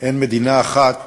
אין מדינה אחת